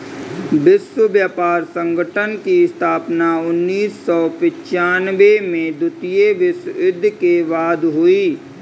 विश्व व्यापार संगठन की स्थापना उन्नीस सौ पिच्यानबें में द्वितीय विश्व युद्ध के बाद हुई